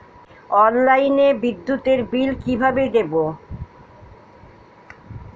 অনলাইনে বিদ্যুতের বিল কিভাবে দেব?